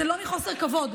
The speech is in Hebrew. זה לא מחוסר כבוד.